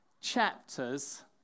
chapters